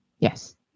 Yes